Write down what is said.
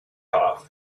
cough